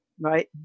Right